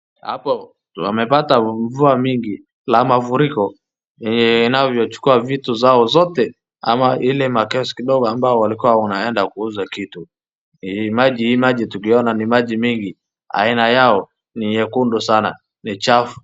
Hapo wamepata mvua mingi ya mafuriko na imechukua vitu zao zote ama ile makaazi kidogo ambayo walikuwa wanaenda kuuza kitu, hii maji tukiona ni maji mingi, aina yao ni nyekundu sana, ni chafu.